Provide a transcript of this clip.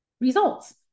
results